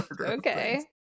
Okay